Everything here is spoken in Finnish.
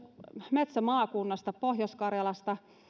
metsämaakunnasta pohjois karjalasta